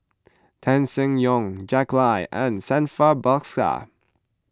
Tan Seng Yong Jack Lai and Santha Bhaskar